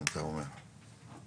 לכמה זמן?